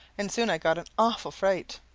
and soon i got an awful fright.